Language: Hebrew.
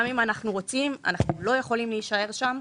גם אם אנחנו רוצים, אנחנו לא יכולים להישאר שם.